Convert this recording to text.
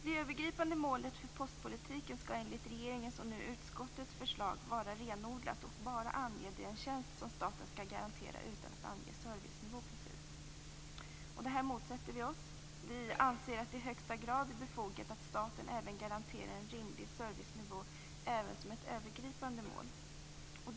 Det övergripande målet för postpolitiken skall enligt regeringens, och nu, utskottets förslag vara renodlat och bara ange den tjänst som staten skall garantera utan att precist ange servicenivån. Detta motsätter vi oss. Vi anser att det i högsta grad är befogat att staten garanterar en rimlig servicenivå även som ett övergripande mål.